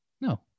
No